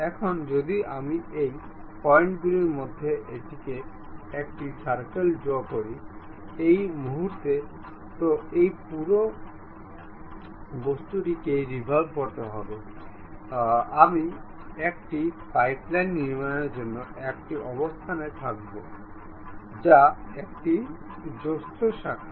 এখন যদি আমি এই পয়েন্টগুলির মধ্যে একটিতে একটি সার্কেল ড্রও করি এই মুহুর্তে তো এই পুরো বস্তুটিকে রিভল্ভ করতে হবে আমি একটি পাইপলাইন নির্মাণের জন্য একটি অবস্থানে থাকব যা একটি যৌথ শাখা